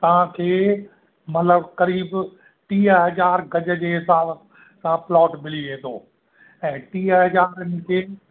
तव्हांखे मतिलबु क़रीब टीह हज़ार गज जे हिसाब सां प्लॉट मिली वेंदो ऐं टीह हज़ार ते